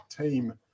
team